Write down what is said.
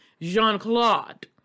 Jean-Claude